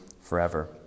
forever